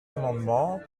amendement